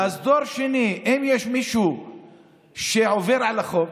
אז דור שני, אם יש מישהו שעובר על החוק,